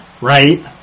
right